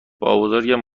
بابابزرگم